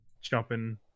jumping